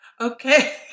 Okay